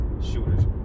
shooters